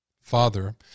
father